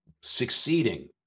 succeeding